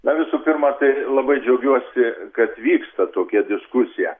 na visų pirma tai labai džiaugiuosi kad vyksta tokia diskusija